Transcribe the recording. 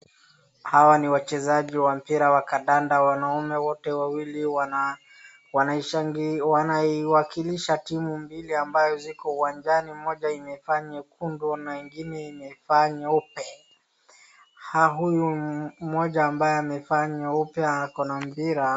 Hawa ni wachezaji wa mpira wa kadanda wanaume wote wawili wanawakilisha timu mbili ambazo ziko uwanjani moja imevaa nyekundu na ingine imevaa nyeupe. Huyu mmoja ambaye amevaa nyeupe ako na mpira